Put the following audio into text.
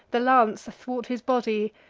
the lance, athwart his body,